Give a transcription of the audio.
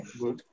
good